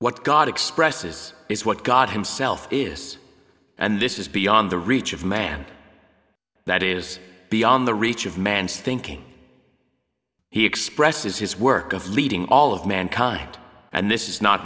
what god expresses is what god himself is and this is beyond the reach of man that is beyond the reach of man's thinking he expresses his work of leading all of mankind and this is not